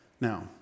Now